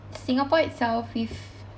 Singapore itself we've